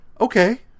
Okay